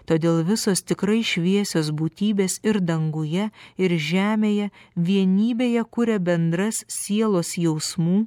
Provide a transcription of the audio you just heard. todėl visos tikrai šviesios būtybės ir danguje ir žemėje vienybėje kuria bendras sielos jausmų